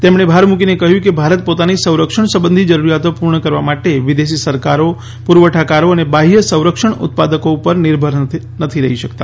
તેમણે ભાર મૂકીને કહ્યું કે ભારત પોતાની સંરક્ષણ સંબંધી જરૂરિયાતો પૂર્ણ કરવા માટે વિદેશી સરકારો પુરવઠાકારો અને બાહ્ય સંરક્ષણ ઉત્પાદકો ઉપર નિર્ભર નથી રહી શકતા